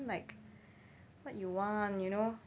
like what you want you know